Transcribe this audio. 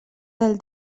del